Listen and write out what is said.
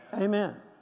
Amen